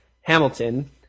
Hamilton